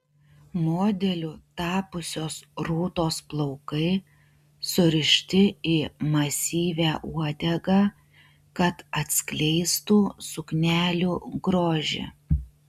modeliu tapusios rūtos plaukai surišti į masyvią uodegą kad atskleistų suknelių grožį